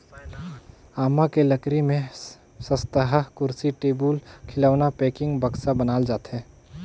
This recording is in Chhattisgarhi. आमा के लकरी में सस्तहा कुरसी, टेबुल, खिलउना, पेकिंग, बक्सा बनाल जाथे